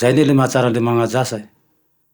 Zay anie le mahatsara agne le manaja ase,